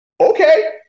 okay